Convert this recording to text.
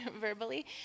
verbally